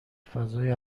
فضای